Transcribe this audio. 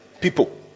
People